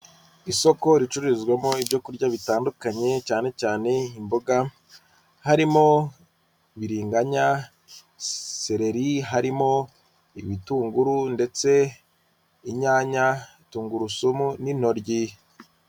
Isoko ricururizwamo ibyo kurya bitandukanye cyane cyane imboga, harimo biringanya seleri , harimo ibitunguru ndetse inyanya, tungurusumu n'intoryi.